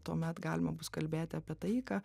tuomet galima bus kalbėti apie taiką